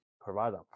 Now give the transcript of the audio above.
provider